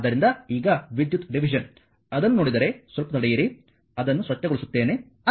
ಆದ್ದರಿಂದ ಈಗ ವಿದ್ಯುತ್ ಡಿವಿಷನ್ ಅದನ್ನು ನೋಡಿದರೆ ಸ್ವಲ್ಪ ತಡೆಯಿರಿ ಅದನ್ನು ಸ್ವಚ್ಛಗೊಳಿಸುತ್ತೇನೆ